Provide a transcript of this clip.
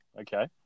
Okay